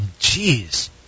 Jeez